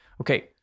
Okay